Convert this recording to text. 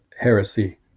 heresy